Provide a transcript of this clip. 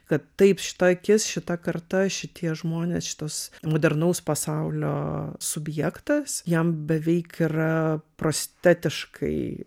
kad taip šita akis šita karta šitie žmonės šitas modernaus pasaulio subjektas jam beveik yra prostetiškai